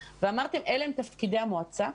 ואמרתם: אלה הם תפקידי המועצה,